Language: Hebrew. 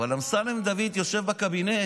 אבל אמסלם דוד יושב בקבינט.